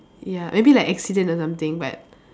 ya maybe like accident or something but